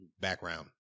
background